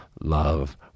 love